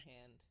hand